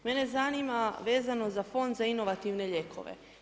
Mene zanima vezano za Fond za inovativne lijekove.